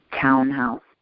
townhouse